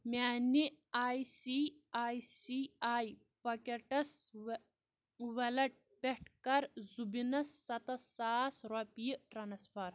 میانہِ I C I C I Pockets wallet پٮ۪ٹھ کَر زُبیٖنس سَتَتھ ساس رۄپیہِ ٹرانسفر